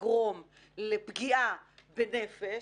לגרום לפגיעה בנפש.